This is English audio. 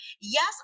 yes